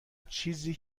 چیزی